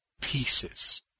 pieces